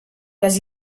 les